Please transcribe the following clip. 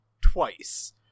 twice